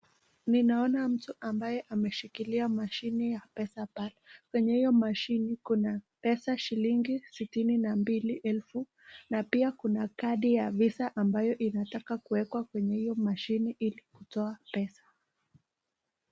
Ninaona mtu ambaye ameshikilia mashini ya Pesapal. Kwenye hiyo mashini kuna pesa shilingi sitini na mbili elfu. Na pia kuna kadi ya Visa ambayo inatakwa kuekwa kwenye hili mashini ili kutoa pesa.